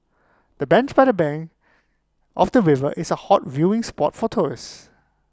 the bench by the bank of the river is A hot viewing spot for tourists